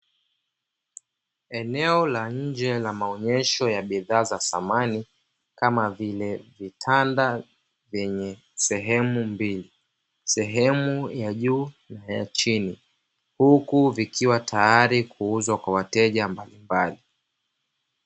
Eneo la nje la maonyesho ya bidhaa za samani kama vile vitanda vyenye sehemu mbili, sehemu ya juu na ya chini; huku vikiwa tayari kuuzwa kwa wateja mbalimbali.